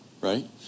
right